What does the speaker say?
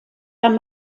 tant